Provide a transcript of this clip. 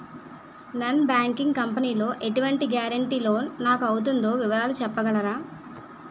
Non banking company లో ఎటువంటి guarantee loan నాకు అవుతుందో వివరాలు చెప్పగలరా?